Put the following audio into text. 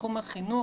בתחום החינוך,